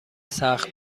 سخت